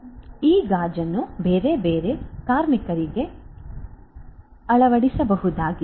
ಆದ್ದರಿಂದ ಈ ಗಾಜನ್ನು ಬೇರೆ ಬೇರೆ ಕಾರ್ಮಿಕರಿಗೆ ಅಳವಡಿಸಬಹುದಾಗಿದೆ